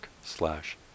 slash